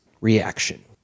reaction